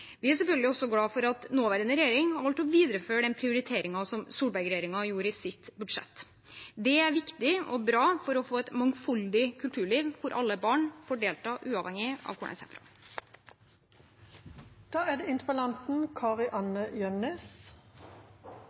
Vi er selvfølgelig også glad for at nåværende regjering har valgt å videreføre den prioriteringen som Solberg-regjeringen gjorde i sitt budsjett. Det er viktig og bra for å få et mangfoldig kulturliv der alle barn får delta, uavhengig av